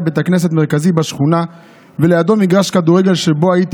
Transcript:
ליד בית הוריי היה בית כנסת מרכזי בשכונה ולידו